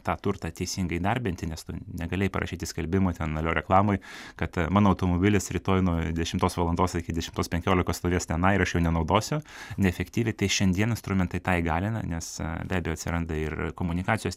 tą turtą teisingai įdarbinti nes tu negalėjai parašyti skelbimo ten alio reklamoj kad mano automobilis rytoj nuo dešimtos valandos iki dešimtos penkiolika stovės tenai ir aš jo nenaudosiu neefektyviai tai šiandien instrumentai tą įgalina nes be abejo atsiranda ir komunikacijos